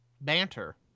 banter